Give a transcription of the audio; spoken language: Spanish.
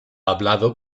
hablado